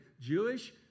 Jewish